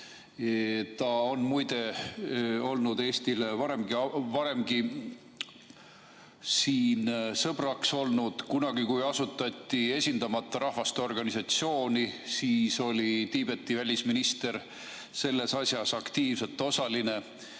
Ta on muide varemgi Eestile sõbraks olnud. Kunagi, kui asutati Esindamata Rahvaste Organisatsioon, siis oli Tiibeti välisminister selles asjas aktiivselt osaline.